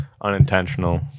unintentional